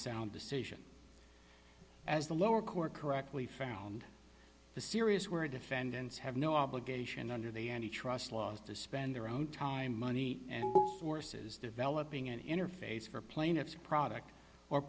sound decision as the lower court correctly found the serious were defendants have no obligation under the antitrust laws to spend their own time money and forces developing an interface for plaintiffs a product or